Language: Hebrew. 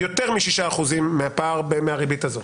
יותר משישה אחוזים מהפער מהריבית הזאת.